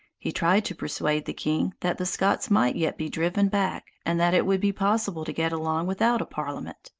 he tried to persuade the king that the scots might yet be driven back, and that it would be possible to get along without a parliament.